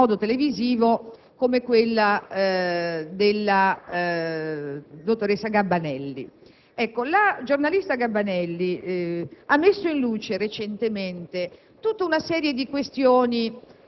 È un po' come il solito *cliché* della banca del sangue data in appalto a Dracula. Ebbene, abbiamo presentato un'interrogazione, firmata anche da molti altri senatori,